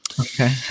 Okay